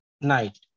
night